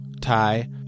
tie